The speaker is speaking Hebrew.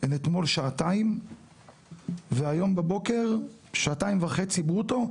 אתמול שעתיים והיום בבוקר שעתיים וחצי ברוטו,